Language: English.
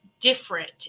different